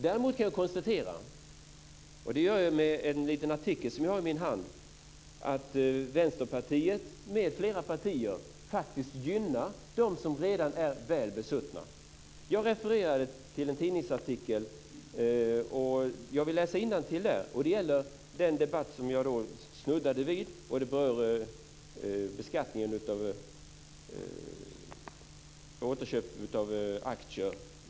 Däremot kan jag konstatera, och det gör jag med en liten artikel som jag har i min hand, att Vänsterpartiet med flera partier faktiskt gynnar dem som redan är väl besuttna. Jag refererade förut till en tidningsartikel, och jag vill läsa innantill ur den. Det gäller debatten om beskattningen vid återköp av aktier.